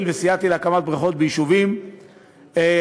וסייעתי להקמת בריכות ביישובים אחרים,